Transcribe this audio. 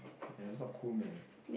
and it was not cool man